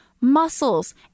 muscles